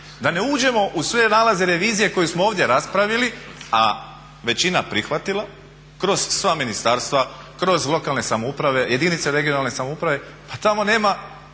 Da ne uđemo u sve nalaze revizije koju smo ovdje raspravili, a većina prihvatila, kroz sva ministarstva, kroz lokalne samouprave, jedinice regionalne samouprave. Pa tamo nema,